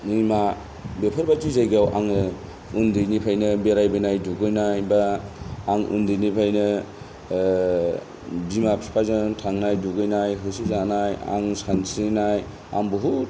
दैमा बेफोरबायदि जायगायाव आङो उन्दैनिफ्रायनो बेरायबोनाय दुगैनाय बा आं उन्दैनिफ्रायनो बिमा बिफाजों थांनाय दुगैनाय होसोजानाय आं सानस्रिनाय आं बहुद